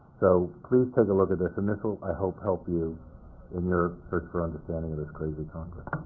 so please take a look at this. and this will, i hope, help you in your search for understanding this crazy congress.